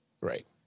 Right